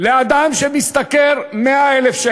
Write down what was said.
לאדם שמשתכר 100,000,